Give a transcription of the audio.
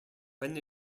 when